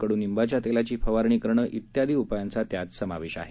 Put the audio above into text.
कड्निंबाच्या तेलाची फवारणी करणं इत्यादी उपायांचा त्यात समावेश आहे